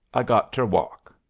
i got ter walk.